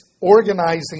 organizing